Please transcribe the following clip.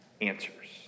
answers